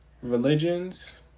religions